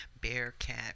Bearcat